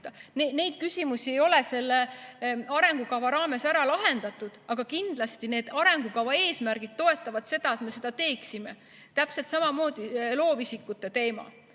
Neid küsimusi ei ole selle arengukava raames ära lahendatud, aga kindlasti arengukava eesmärgid toetavad seda, et me seda teeksime. Täpselt samamoodi loovisikute teema.